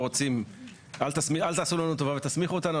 אל תעשו לנו טובה ותסמיכו אותנו,